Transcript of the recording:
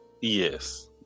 Yes